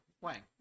Wang